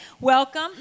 welcome